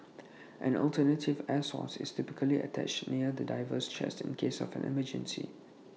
an alternative air source is typically attached near the diver's chest in case of an emergency